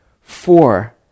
Four